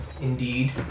indeed